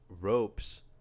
ropes